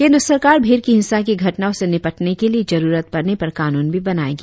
केंद्र सरकार भीड़ की हिंसा की घटनाओं से निपटने के लिए जरुरत पर कानून भी बनाएगी